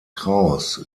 kraus